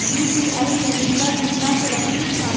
UPI सुविधा केतना सुरक्षित ह?